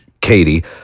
Katie